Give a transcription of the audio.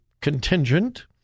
contingent